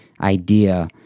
idea